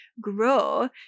grow